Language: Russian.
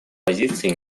позиций